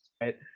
right